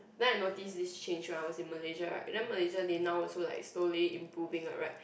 then I notice this change when I was in Malaysia right then Malaysia they now also like slowly improving what right